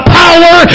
power